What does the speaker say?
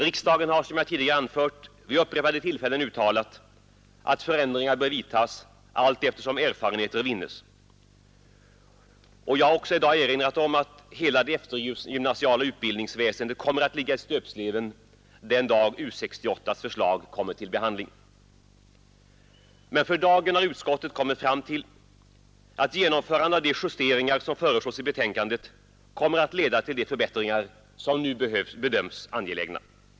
Riksdagen har, som jag tidigare anfört, vid upprepade tillfällen uttalat att förändringar bör vidtas allteftersom erfarenheter vinnes. Jag vill vidare erinra om att hela det eftergymnasiala utbildningsväsendet kommer att ligga i stöpsleven den dag U 68:s förslag kommer upp till behandling. För dagen har utskottet emellertid ansett att genomförandet av de justeringar som föreslås i betänkandet kommer att leda till de förbättringar som nu bedöms som angelägna.